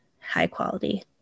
high-quality